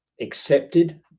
Accepted